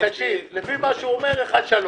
אומר זה 1.2,